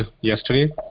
yesterday